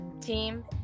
team